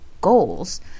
goals